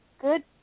good